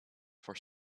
for